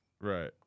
Right